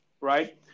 right